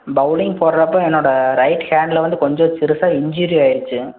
bowling போட்றப்போ என்னோட right ஹேண்டில் வந்து கொஞ்ச சிறுசாக இஞ்யூரி ஆயிருச்சு